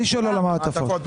אני שואל על המעטפות.